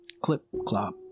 clip-clop